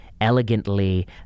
elegantly